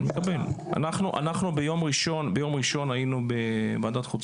אנחנו ביום ראשון היינו בוועדת החוץ